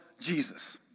Jesus